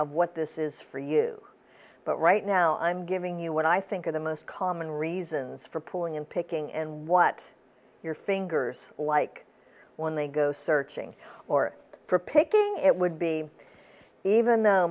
of what this is for you but right now i'm giving you what i think of the most common reasons for pulling in picking and what your fingers like when they go searching or for picking it would be even though